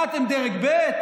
מה אתם, דרג ב'?